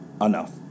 enough